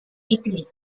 italy